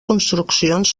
construccions